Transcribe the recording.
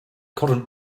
current